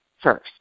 first